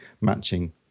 matching